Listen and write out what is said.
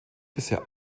bisher